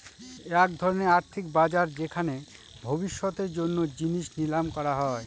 এক ধরনের আর্থিক বাজার যেখানে ভবিষ্যতের জন্য জিনিস নিলাম করা হয়